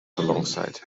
alongside